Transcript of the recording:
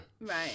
Right